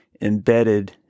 embedded